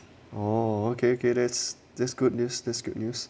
oh okay okay that's that's good news this good news